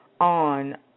on